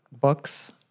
books